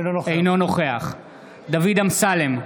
אינו נוכח דוד אמסלם,